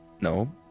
No